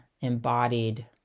embodied